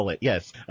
yes